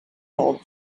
love